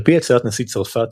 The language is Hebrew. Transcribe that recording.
על פי הצעת נשיא צרפת,